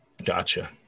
gotcha